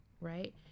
right